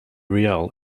real